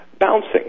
bouncing